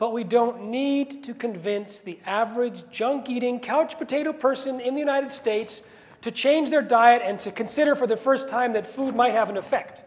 but we don't need to convince the average junkie eating couch potato person in the united states to change their diet and to consider for the first time that food might have an effect